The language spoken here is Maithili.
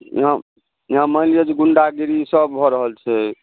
इहाँ इहाँ मानि लिअ जे गुण्डागिरी सभ भऽ रहल छै